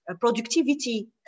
productivity